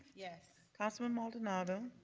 yes. councilman maldonado.